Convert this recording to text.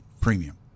premium